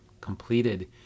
completed